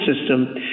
system